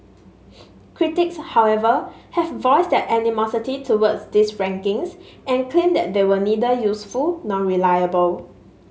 critics however have voiced their animosity toward these rankings and claim that they were neither useful nor reliable